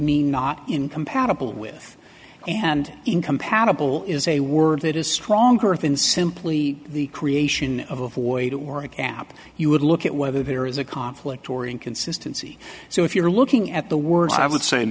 mean not incompatible with and incompatible is a word that is stronger than simply the creation of a void or a gap you would look at whether there is a conflict or inconsistency so if you're looking at the words i would say